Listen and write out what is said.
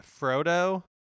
Frodo